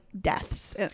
deaths